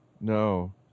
No